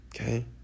Okay